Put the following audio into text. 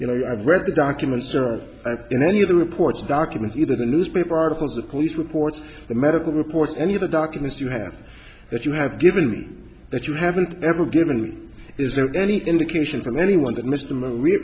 you know i've read the documents or in any of the reports documents either the newspaper articles the police reports the medical reports any of the documents you have that you have given me that you haven't ever given me is there any indication from anyone that mr m